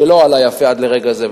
שלא עלה יפה עד לרגע זה,